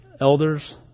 elders